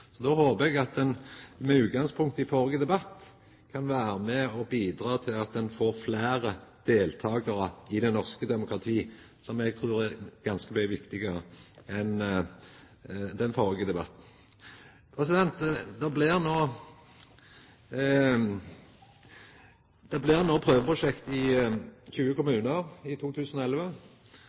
Så då håpar eg at ein – med utgangspunkt i førre debatt – kan vera med og bidra til at ein får fleire deltakarar i det norske demokratiet, som eg trur er ganske mye viktigare enn den førre debatten. Det blir no eit prøveprosjekt i 20 kommunar i 2011.